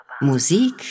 Musik